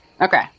Okay